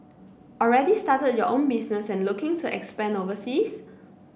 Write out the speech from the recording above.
already started your own business and looking to expand overseas